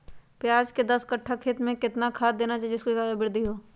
प्याज के दस कठ्ठा खेत में कितना खाद देना चाहिए जिससे उसके आंकड़ा में वृद्धि हो?